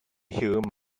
hear